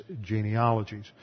genealogies